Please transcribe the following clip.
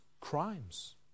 crimes